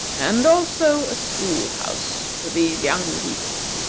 and also a school-house for these young people.